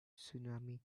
tsunami